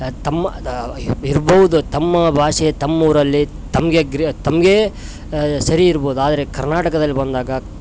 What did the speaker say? ಆ ತಮ್ಮ ಇರ್ಬೌದು ತಮ್ಮ ಭಾಷೆ ತಮ್ಮೂರಲ್ಲಿ ತಮಗೆ ಸರಿ ಇರ್ಬೌದು ಆದರೆ ಕರ್ನಾಟಕದಲ್ಲಿ ಬಂದಾಗ